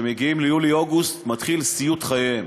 כשהם מגיעים ליולי-אוגוסט מתחיל סיוט חייהם.